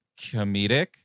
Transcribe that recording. comedic